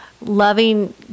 loving